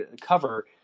cover